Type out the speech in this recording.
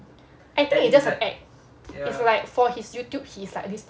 I think it's just a act it's like for his youtube he's like this